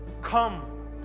come